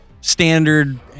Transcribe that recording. standard